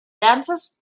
llances